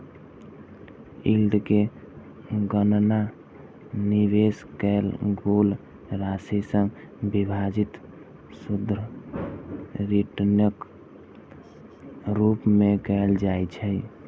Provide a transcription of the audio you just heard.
yield के गणना निवेश कैल गेल राशि सं विभाजित शुद्ध रिटर्नक रूप मे कैल जाइ छै